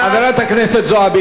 חברת הכנסת זועבי,